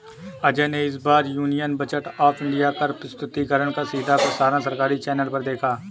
अजय ने इस बार यूनियन बजट ऑफ़ इंडिया का प्रस्तुतिकरण का सीधा प्रसारण सरकारी चैनल पर देखा